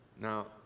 Now